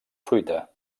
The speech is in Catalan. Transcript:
fruita